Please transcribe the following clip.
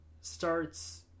starts